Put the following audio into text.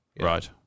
Right